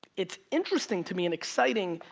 it's interesting to me and exciting.